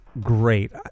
great